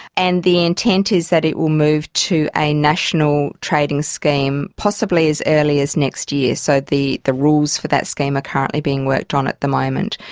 and the intent is that it will move to a national trading scheme, possibly as early as next year. so the the rules for that scheme are currently being worked on at the moment.